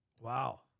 Wow